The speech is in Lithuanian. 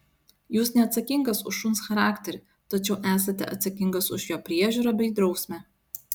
jūs neatsakingas už šuns charakterį tačiau esate atsakingas už jo priežiūrą bei drausmę